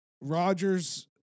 Rodgers